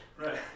Right